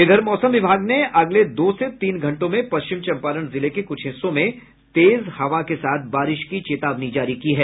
इधर मौसम विभाग ने अगले दो से तीन घंटे में पश्चिम चंपारण जिले के कुछ हिस्सों में तेज हवा के साथ बारिश की चेतावनी जारी की है